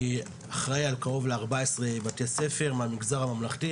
אני אחראי על קרוב ל-14 בתי-ספר מהמגזר הממלכתי,